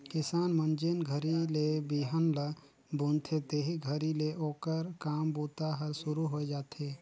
किसान मन जेन घरी ले बिहन ल बुनथे तेही घरी ले ओकर काम बूता हर सुरू होए जाथे